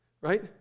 right